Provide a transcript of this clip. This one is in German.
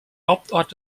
hauptort